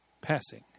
Passing